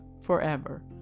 forever